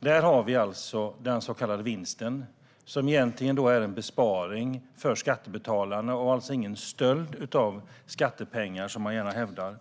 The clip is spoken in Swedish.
Där har vi alltså den så kallade vinsten, som egentligen är en besparing för skattebetalarna. Det är alltså ingen stöld av skattepengar, som man gärna hävdar.